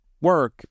work